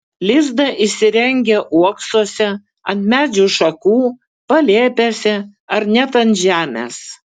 lizdą įsirengia uoksuose ant medžių šakų palėpėse ar net ant žemės